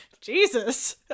Jesus